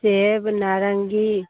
सेब नारंगी